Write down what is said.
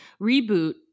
reboot